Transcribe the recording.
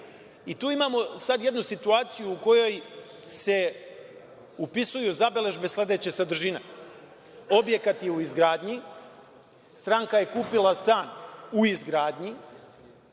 Tu imamo jednu situaciju u kojoj se upisuju zabeležbe sledeće sadržine – objekat je u izgradnji, stranka je kupila stan u izgradnji,